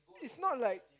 is not like